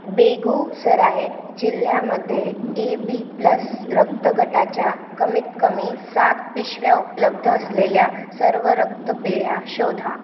बेगुसराय जिल्ह्यामध्ये AB plus रक्तगटाच्या कमीत कमी सात पिशव्या उपलब्ध असलेल्या सर्व रक्तपेढ्या शोधा